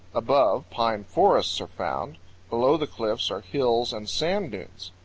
above, pine forests are found below the cliffs are hills and sand-dunes.